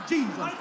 Jesus